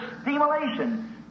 stimulation